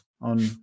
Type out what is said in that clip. on